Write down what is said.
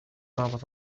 قرابة